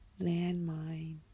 landmine